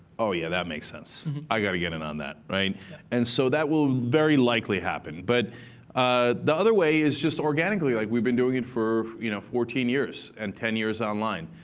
oh, yeah, that makes sense. i gotta get in on that. and so that will very likely happen. but the other way is just organically, like we've been doing it for you know fourteen years and ten years online.